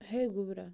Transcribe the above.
ہے گوٚبرا